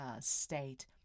state